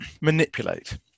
Manipulate